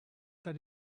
that